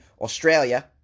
Australia